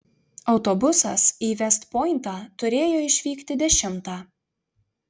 autobusas į vest pointą turėjo išvykti dešimtą